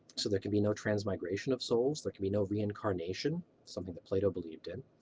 so there can be no transmigration of souls, there can be no reincarnation, something the plato believed in,